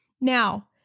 Now